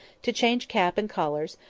to change cap and collars,